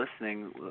listening